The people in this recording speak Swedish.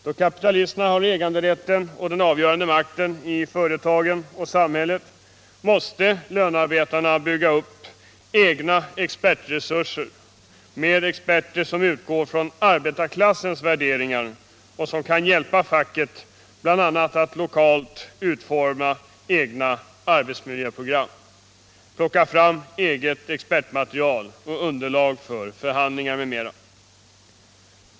Då kapitalisterna har äganderätten och den avgörande makten i företagen och samhället måste lönarbetarna bygga upp egna expertresurser med experter som utgår från arbetarklassens värderingar och som kan hjälpa facket bl.a. att lokalt utforma egna arbetsmiljö program, plocka fram eget expertmaterial och underlag för förhandlingar m.m.